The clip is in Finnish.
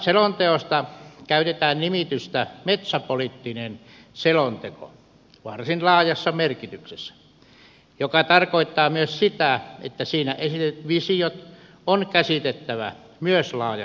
selonteosta käytetään nimitystä metsäpoliittinen selonteko varsin laajassa merkityksessä mikä tarkoittaa myös sitä että myös siinä esitetyt visiot on käsitettävä laajassa merkityksessä